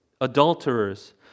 Adulterers